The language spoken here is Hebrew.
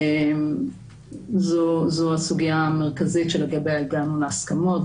זו הסוגיה המרכזית שלגביה הגענו להסכמות.